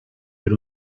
per